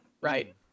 right